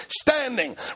standing